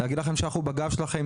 להגיד לכם שאנחנו בגב שלכם.